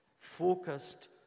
focused